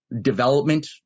development